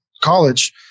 college